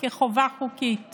כחובה חוקית